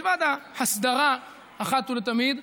מלבד ההסדרה אחת ולתמיד,